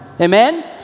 Amen